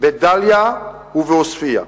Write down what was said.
בדאליה ובעוספיא.